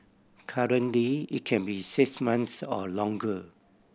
currently it can be six months or longer